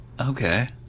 Okay